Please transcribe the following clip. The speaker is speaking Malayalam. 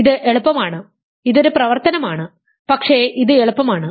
ഇത് എളുപ്പമാണ് ഇതൊരു പ്രവർത്തനമാണ് പക്ഷേ ഇത് എളുപ്പമാണ്